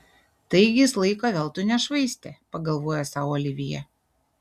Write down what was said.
taigi jis laiko veltui nešvaistė pagalvojo sau olivija